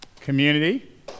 Community